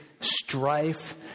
strife